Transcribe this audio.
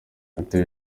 natewe